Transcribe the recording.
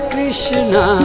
Krishna